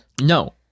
No